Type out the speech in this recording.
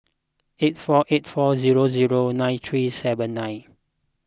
eight four eight four zero zero nine three seven nine